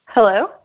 Hello